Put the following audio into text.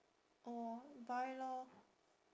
orh buy lor